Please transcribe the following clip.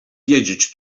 wiedzieć